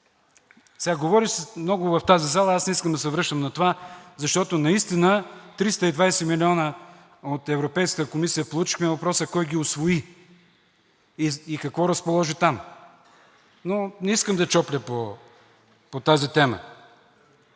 Говори се много в тази зала, аз не искам да се връщам на това, защото наистина получихме 320 милиона от Европейската комисия, въпросът е: кой ги усвои и какво разположи там? Но не искам да чопля по тази тема.